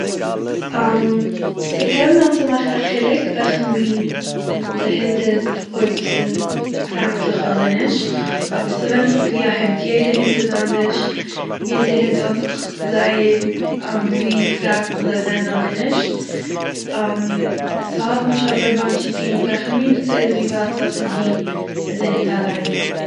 ס'קען זיין ס'מאכט א חילוק וועכע מין די הונט איז אויב ס'איז פרייטנליך אדער נישט אבער ס'ווענדט זיך וואו א הונט יעדער הונט איז אנדערש יעדער הונט האט זיך זייער ווי פריינטליך זיי זענען אדער נישט ס'האט נישט אזוי באנטש צו טוהן וועכע מין סאיז ווי ווייט ס'האט צו טוהן מיט די הונט אליין.